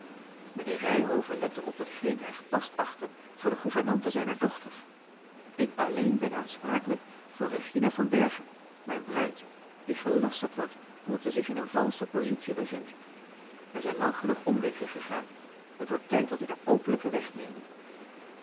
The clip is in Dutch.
mijnheer ryhove lette op hetgeen hij gepast achtte voor de gouvernante zijner dochter ik alleen ben aanspraaklijk voor regina van berchem mijne bruid die gelasterd wordt omdat zij zich in eene valsche positie bevindt wij zijn lang genoeg omwegen gegaan het wordt tijd dat wij den openlijken